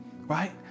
Right